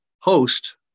host